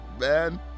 man